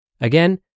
Again